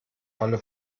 falle